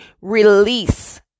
release